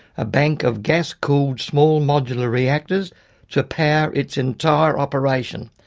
a bank of gas cooled small modular reactors to power its entire operation.